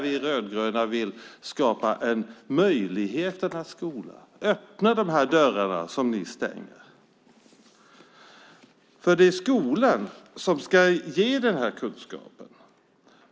Vi rödgröna vill skapa en möjligheternas skola och öppna de dörrar som ni har stängt. Det är skolan som ska ge kunskaperna.